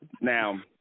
now